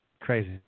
crazy